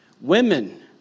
Women